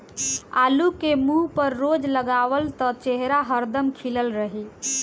आलू के मुंह पर रोज लगावअ त चेहरा हरदम खिलल रही